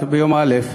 ביום ראשון,